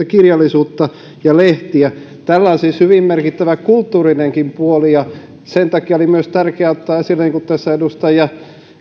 kirjallisuutta ja lehtiä tällä on siis hyvin merkittävä kulttuurinenkin puoli ja sen takia oli myös tärkeää ottaa esille oppimateriaalilisä jonka tässä edustaja